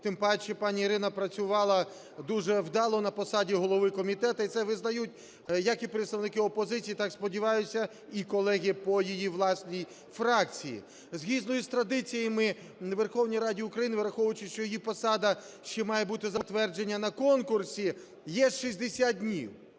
тим паче пані Ірина працювала дуже вдало на посаді голови комітету, і це визнають як і представники опозиції, так, сподіваюся, і колеги по її власній фракції. Згідно із традиціями у Верховній Раді України, враховуючи, що її посада ще має бути затверджена на конкурсі, є 60 днів.